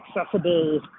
accessible